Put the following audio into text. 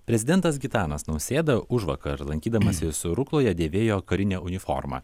prezidentas gitanas nausėda užvakar lankydamasis rukloje dėvėjo karinę uniformą